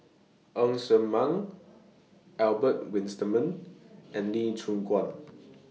Ng Ser Miang Albert Winsemius and Lee Choon Guan